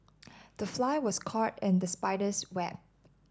the fly was caught in the spider's web